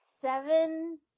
seven